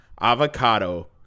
avocado